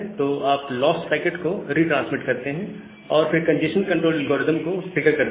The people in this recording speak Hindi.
तो आप लास्ट पैकेट को रिट्रांसमिट करते हैं और फिर कंजेस्शन कंट्रोल एल्गोरिदम को ट्रिगर करते हैं